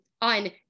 on